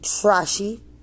trashy